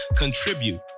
contribute